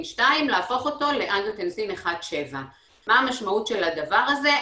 2 להפוך אותו לאנגיוטנסין 1.7. מה המשמעות של הדבר הזה?